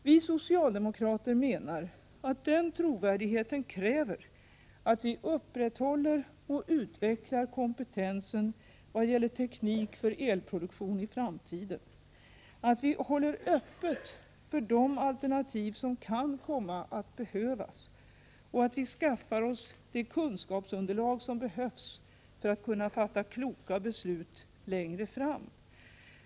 Vi socialdemokrater menar att den trovärdigheten kräver att vi upprätthåller och utvecklar kompetensen i vad gäller teknik för elproduktion i framtiden, att vi håller öppet för de alternativ som kan komma att behövas och att vi skaffar oss det kunskapsunderlag som behövs för att kunna fatta kloka beslut längre fram.